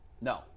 No